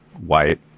white